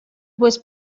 was